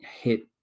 hit